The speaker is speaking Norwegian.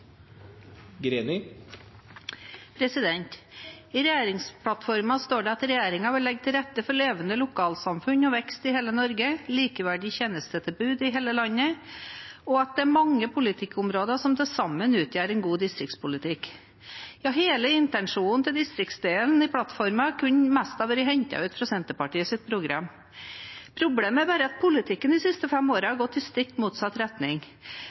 folk. I regjeringsplattformen står det at regjeringen vil legge til rette for levende lokalsamfunn og vekst i hele Norge, likeverdig tjenestetilbud i hele landet, og at det er mange politikkområder som til sammen utgjør en god distriktspolitikk. Ja, hele intensjonen med distriktsdelen i plattformen kunne nesten ha vært hentet fra Senterpartiets program. Problemet er bare at politikken de siste fem årene har gått i stikk motsatt retning,